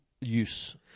use